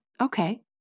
okay